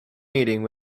meeting